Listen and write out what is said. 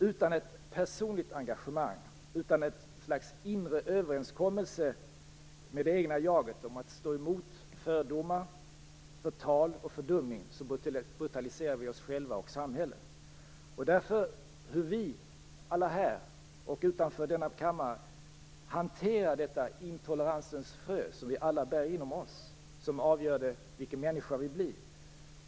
Utan ett personligt engagemang, en inre överenskommelse med det egna jaget att stå emot fördomar, förtal och fördumning, brutaliserar vi oss själva och samhället. Därför är det hur vi här och utanför denna kammare hanterar detta intoleransens frö som vi bär inom oss som avgör vilka människor vi blir.